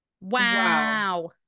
Wow